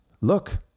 look